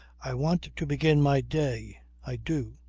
i want to begin my day i do.